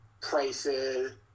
prices